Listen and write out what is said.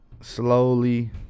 slowly